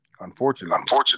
Unfortunately